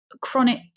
chronic